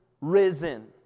risen